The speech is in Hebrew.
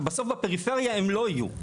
בסוף בפריפריה הם לא יהיו.